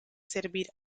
servir